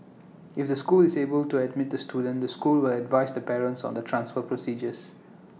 if the school is able to admit the student the school will advise the parent on the transfer procedures